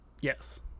Yes